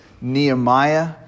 Nehemiah